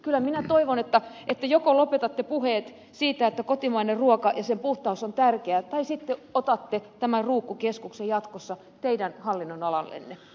kyllä minä toivon että joko lopetatte puheet siitä että kotimainen ruoka ja sen puhtaus on tärkeää tai sitten otatte tämän ruukku keskuksen jatkossa teidän hallinnonalallenne